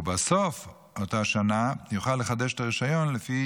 ובסוף אותה שנה יוכל לחדש את הרישיון לפי